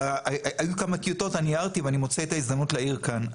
כשהיו כמה טיוטות אני הערתי ואני מוצא את ההזדמנות להעיר כאן.